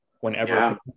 whenever